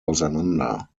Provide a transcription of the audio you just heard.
auseinander